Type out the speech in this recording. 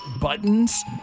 buttons